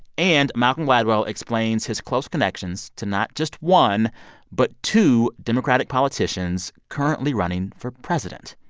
and malcolm gladwell explains his close connections to not just one but two democratic politicians currently running for president.